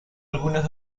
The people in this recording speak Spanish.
algunas